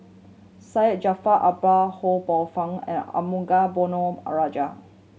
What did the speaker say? Syed Jaafar Albar Ho Poh Fun and Arumugam Ponnu Rajah